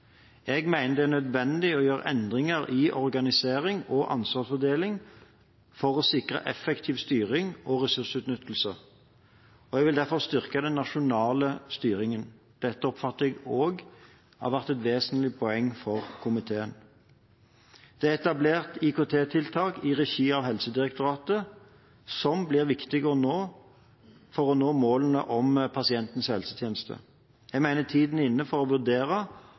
Jeg mener det er nødvendig å gjøre endringer i organisering og ansvarsfordeling for å sikre effektiv styring og ressursutnyttelse. Jeg vil derfor styrke den nasjonale styringen. Dette oppfatter jeg også er et vesentlig poeng for komiteen. Det er etablert IKT-tiltak i regi av Helsedirektoratet, som blir viktige for å nå målene om pasientens helsetjeneste. Jeg mener tiden er inne for å vurdere